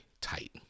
tight